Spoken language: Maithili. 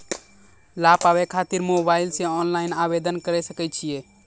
लाभ पाबय खातिर मोबाइल से ऑनलाइन आवेदन करें सकय छियै?